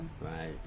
Right